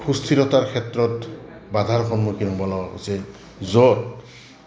সুস্থিৰতাৰ ক্ষেত্ৰত বাধাৰ সন্মুখীন হ'ব লগা হৈছে য'ত